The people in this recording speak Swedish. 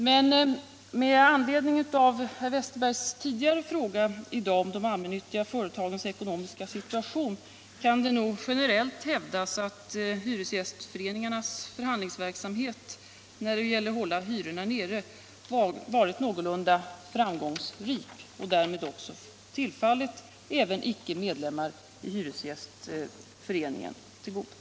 Men med anledning av herr Westerbergs tidigare i debatten framförda fråga om de allmännyttiga företagens ekonomiska situation kan det nog generellt hävdas, att hyresgästföreningarnas förhandlingsverksamhet när det gäller att hålla hyrorna nere varit någorlunda framgångsrik och därmed också kommit icke medlemmar i hyresgästföreningen till godo.